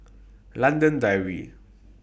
London Dairy